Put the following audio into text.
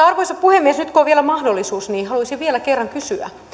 arvoisa puhemies nyt kun on vielä mahdollisuus niin haluaisin vielä kerran kysyä